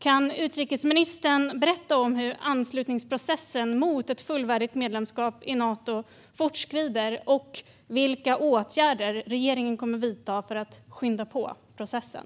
Kan utrikesministern berätta om hur anslutningsprocessen och vägen till ett fullvärdigt medlemskap i Nato fortskrider och vilka åtgärder regeringen kommer att vidta för att skynda på processen?